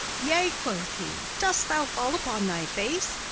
yea, quoth he, dost thou fall upon thy face?